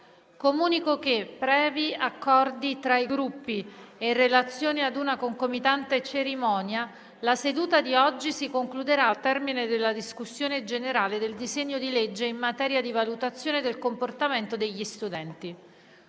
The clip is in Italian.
Comunico che, previ accordi tra i Gruppi e in relazione ad una concomitante cerimonia, la seduta di oggi si concluderà al termine della discussione generale del disegno di legge in materia di valutazione del comportamento degli studenti.